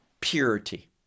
purity